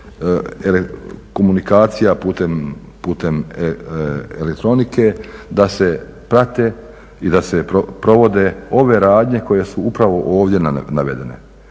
komunikacija putem elektronike, da se prate i da se provode ove radnje koje su upravo ovdje navedene,